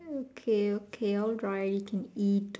okay okay alright you can eat